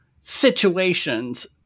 situations